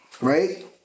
Right